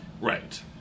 Right